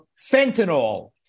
fentanyl